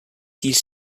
these